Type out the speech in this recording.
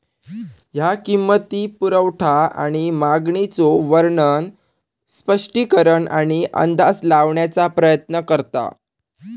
ह्या किंमती, पुरवठा आणि मागणीचो वर्णन, स्पष्टीकरण आणि अंदाज लावण्याचा प्रयत्न करता